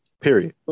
Period